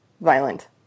violent